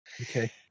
Okay